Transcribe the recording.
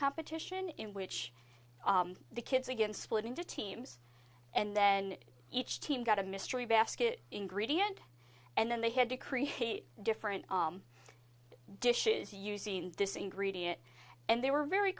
competition in which the kids again split into teams and then each team got a mystery basket ingredient and then they had to create a different dish is using this ingredient and they were very